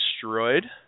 destroyed